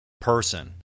person